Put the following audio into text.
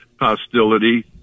hostility